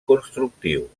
constructiu